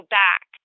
back